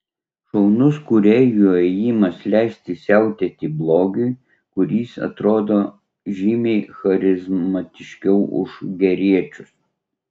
šaunus kūrėjų ėjimas leisti siautėti blogiui kuris atrodo žymiai charizmatiškiau už geriečius